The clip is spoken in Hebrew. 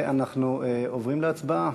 אנחנו עוברים להצבעה.